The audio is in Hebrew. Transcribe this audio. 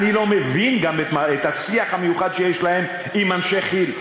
אני לא מבין גם את השיח המיוחד שיש להם עם אנשי כי"ל.